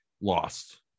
Lost